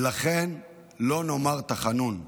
ולכן לא נאמר תחנון.